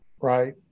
right